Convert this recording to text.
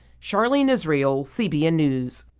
charlene israel, cbn news.